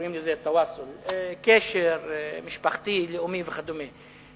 קוראים לזה "תוואסול" קשר משפחתי, לאומי וכדומה.